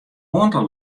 oantal